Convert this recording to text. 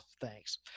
Thanks